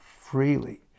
freely